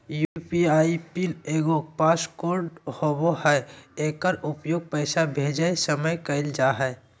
UPI PIN एगो passcode होबो हइ एकर उपयोग पैसा भेजय समय कइल जा हइ